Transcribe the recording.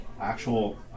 actual